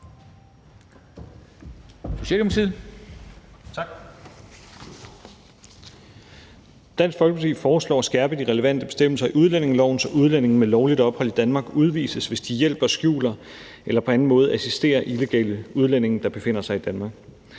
Stoklund (S): Tak. Dansk Folkeparti foreslår at skærpe de relevante bestemmelser i udlændingeloven, så udlændinge med lovligt ophold i Danmark udvises, hvis de hjælper, skjuler eller på anden måde assisterer illegale udlændinge, der befinder sig i Danmark.